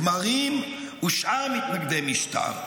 כמרים ושאר מתנגדי משטר.